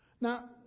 Now